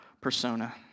persona